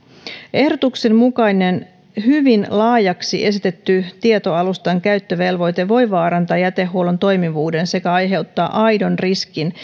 ehdotuksen mukainen hyvin laajaksi esitetty tietoalustan käyttövelvoite voi vaarantaa jätehuollon toimivuuden sekä aiheuttaa aidon riskin